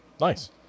Nice